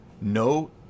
No